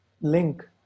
link